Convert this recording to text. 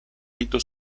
rito